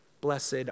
Blessed